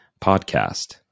podcast